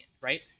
right